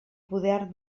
poder